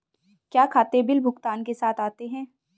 क्या खाते बिल भुगतान के साथ आते हैं?